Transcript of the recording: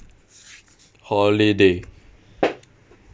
holiday